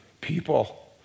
people